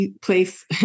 place